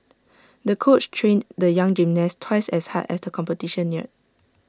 the coach trained the young gymnast twice as hard as the competition neared